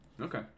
Okay